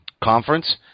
conference